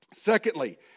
Secondly